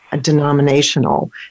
denominational